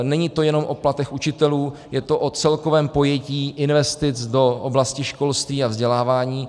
Není to jenom o platech učitelů, je to o celkovém pojetí investic do oblasti školství a vzdělávání.